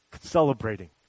celebrating